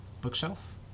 bookshelf